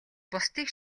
бусдыг